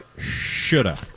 shoulda